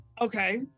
okay